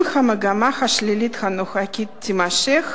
אם המגמה השלילית הנוכחית תימשך,